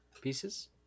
pieces